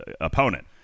opponent